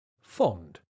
fond